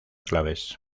claves